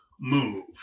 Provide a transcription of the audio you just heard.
move